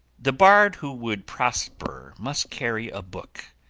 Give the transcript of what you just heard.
the bard who would prosper must carry a book,